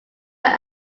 were